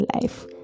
life